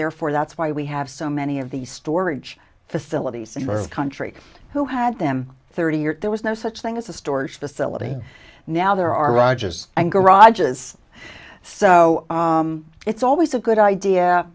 therefore that's why we have so many of these storage facilities in our country who had them thirty years there was no such thing as a storage facility now there are rogers and garages so it's always a good idea